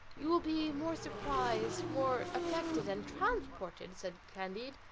you will be more surprised, more affected, and transported, said candide,